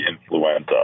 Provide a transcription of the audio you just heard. influenza